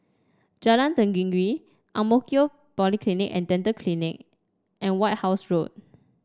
Jalan Tenggiri Ang Mo Kio Polyclinic And Dental Clinic and White House Road